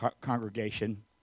congregation